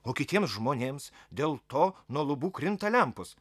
o kitiems žmonėms dėl to nuo lubų krinta lempos